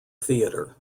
theater